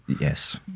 Yes